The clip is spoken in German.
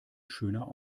schöner